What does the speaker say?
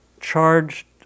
charged